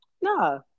No